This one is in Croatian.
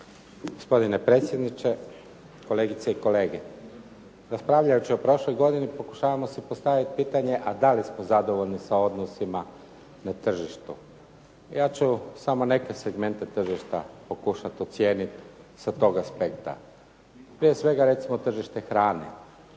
Gospodine predsjedniče, kolegice i kolege. Raspravljajući o prošloj godini pokušavamo si postaviti pitanje a da li smo zadovoljni sa odnosima na tržištu. Ja ću samo neke segmente tržišta pokušat ocijenit sa tog aspekta, prije svega recimo tržište hrane